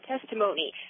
testimony